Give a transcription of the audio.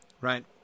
right